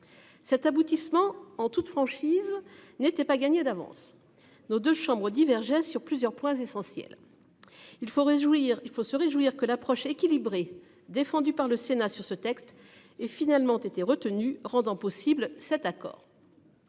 Cet aboutissement en toute franchise n'était pas gagné d'avance. Nos deux chambres divergeaient sur plusieurs points essentiels. Il faut réjouir. Il faut se réjouir que l'approche équilibrée défendue par le Sénat sur ce texte et finalement été retenu rendant possible cet accord.